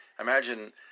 Imagine